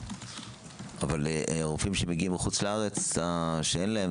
אבל רופאים שמגיעים מחוץ לארץ שאין להם